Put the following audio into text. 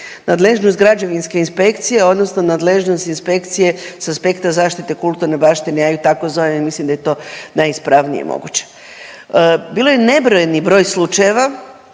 Nadležnost građevinske inspekcije odnosno nadležnost inspekcije s aspekta zaštite kulturne baštine. Ja ju tako zovem jer mislim da je to najispravnije moguće. Bilo je nebrojeni broj slučajeva